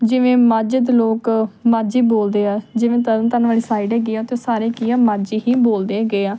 ਜਿਵੇਂ ਮਾਝੇ ਦੇ ਲੋਕ ਮਾਝੀ ਬੋਲਦੇ ਆ ਜਿਵੇਂ ਤਰਨ ਤਾਰਨ ਵਾਲੀ ਸਾਈਡ ਹੈਗੀ ਆ ਉੱਥੇ ਸਾਰੇ ਕੀ ਆ ਮਾਝੀ ਹੀ ਬੋਲਦੇ ਹੈਗੇ ਆ